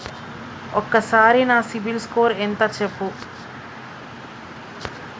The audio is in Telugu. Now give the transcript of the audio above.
ఒక్కసారి నా సిబిల్ స్కోర్ ఎంత చెప్పు?